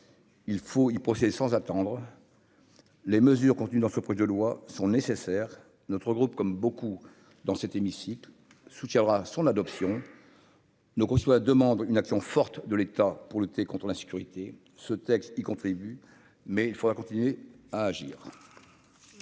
il faut-il procéder sans attendre les mesures contenues dans ce projet de loi sont nécessaires, notre groupe comme beaucoup dans cet hémicycle, soutiendra son adoption ne reçoit demande une action forte de l'État pour lutter contre l'insécurité, ce texte y contribue, mais il faudra continuer à agir.